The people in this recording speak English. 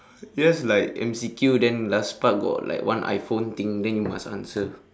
just like M_C_Q then last part got like one iPhone thing then you must answer